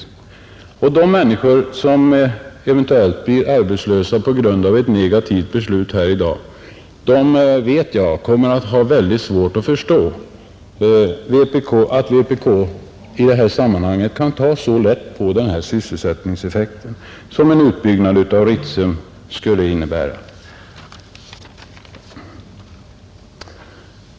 Jag vet att de människor som eventuellt blir arbetslösa på grund av ett negativt beslut här i dag kommer att ha väldigt svårt att förstå att vpk i detta sammanhang kan ta så lätt på den sysselsättningseffekt som en utbyggnad av Ritsem skulle innebära.